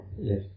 Yes